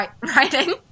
writing